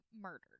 murdered